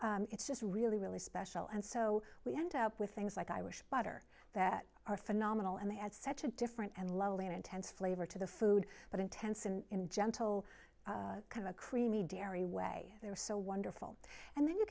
or it's just really really special and so we end up with things like i wish butter that are phenomenal and they had such a different and low and intense flavor to the food but intense and in gentle kind of a creamy dairy way they're so wonderful and then you